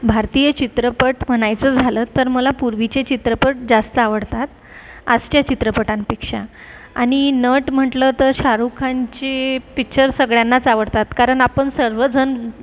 भारतीय चित्रपट म्हणायचं झालं तर मला पूर्वीचे चित्रपट जास्त आवडतात आजच्या चित्रपटांपेक्षा आणि नट म्हटलं तर शाहरुक खानची पिच्चर सगळ्यांनाच आवडतात कारण आपण सर्व जण